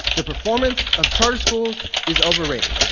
the performance of charter schools is overrated.